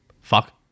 fuck